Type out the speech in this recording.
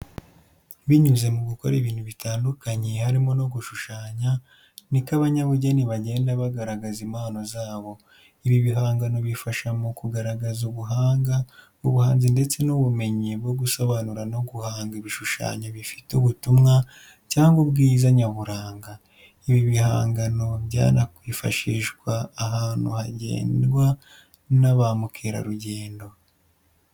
Binyuze mu gukora ibintu bitandukanye harimo no gushushyanya, niko abanyabugeni bagenda bagaragaza impano zabo. Ibi bihangano bifasha mu kugaragaza ubuhanga, ubuhanzi ndetse n’ubumenyi bwo gusobanura no guhanga ibishushanyo bifite ubutumwa cyangwa ubwiza nyaburanga. Ibi bihangano byanakwifashishwa ahantu hangendwa n’abamukera rugendo.